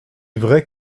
vrai